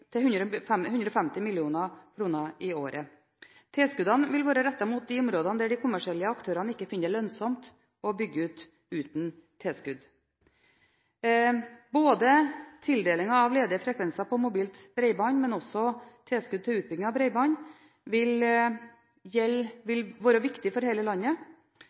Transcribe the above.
vil være rettet mot de områdene der de kommersielle aktørene ikke finner det lønnsomt å bygge ut uten tilskudd. Både tildelingen av ledige frekvenser på mobilt bredbånd og tilskudd til utbygging av bredbånd vil være viktig for hele landet,